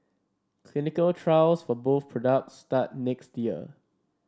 clinical trials for both products start next year